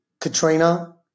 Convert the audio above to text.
Katrina